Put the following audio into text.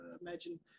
imagine